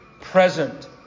present